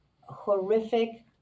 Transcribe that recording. horrific